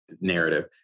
narrative